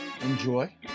enjoy